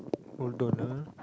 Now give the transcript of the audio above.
four dollar